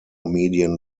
median